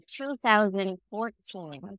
2014